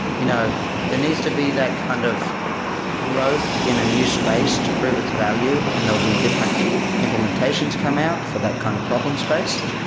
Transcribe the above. you know needs to be that kind of growth in a new space to prove its value and there'll be different implementations come out for that kind of problem space.